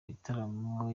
bitaramo